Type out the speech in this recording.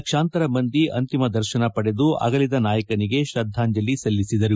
ಲಕ್ಷಾಂತರ ಮಂದಿ ಅಂತಿಮ ದರ್ಶನ ಪಡೆದು ಅಗಲಿದ ನಾಯಕನಿಗೆ ಶ್ರದ್ದಾಂಜಲಿ ಸಲ್ಲಿಸಿದರು